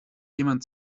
jemand